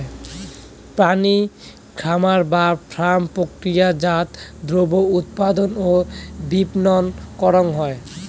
প্রাণী খামার বা ফার্ম প্রক্রিয়াজাত দ্রব্য উৎপাদন ও বিপণন করাং হই